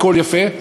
הכול יפה.